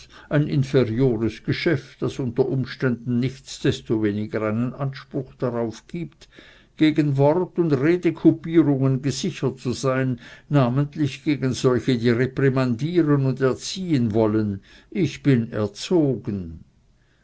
ein inferiores geschäft das unter umständen nichtsdestoweniger einen anspruch darauf gibt gegen wort und redekupierungen gesichert zu sein namentlich gegen solche die